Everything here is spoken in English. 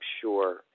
sure